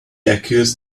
accuse